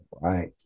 Right